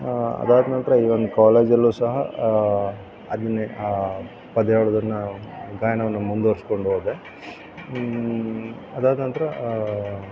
ಅದಾದ ನಂತರ ಇವನ್ ಕಾಲೇಜಲ್ಲು ಸಹ ಅದನ್ನೆ ಪದ್ಯ ಹೇಳೋದನ್ನ ಗಾಯನವನ್ನು ಮುಂದುವರಿಸ್ಕೊಂಡೋದೆ ಅದಾದ ನಂತರ